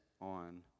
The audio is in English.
on